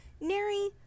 Neri